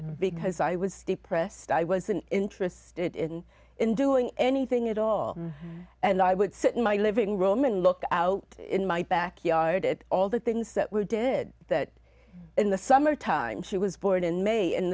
because i was depressed i wasn't interested in in doing anything at all and i would sit in my living room and look out in my backyard at all the things that we did that in the summer time she was born in may in